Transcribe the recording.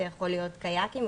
זה יכול להיות קיאקים,